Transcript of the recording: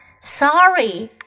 Sorry